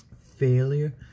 failure